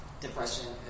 depression